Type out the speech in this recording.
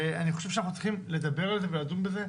אני חושב שאנחנו צריכים לדבר על זה ולדון בזה,